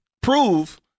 prove